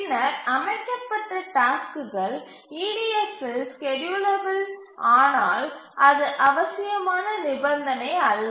பின்னர் அமைக்கப்பட்ட டாஸ்க்குகள் EDF இல் ஸ்கேட்யூலபில் ஆனால் அது அவசியமான நிபந்தனை அல்ல